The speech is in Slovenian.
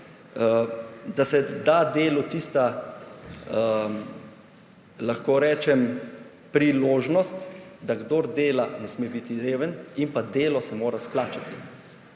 da se da delu tista priložnost, da kdor dela, ne sme biti reven, in pa delo se mora splačati.